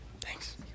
Thanks